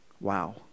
Wow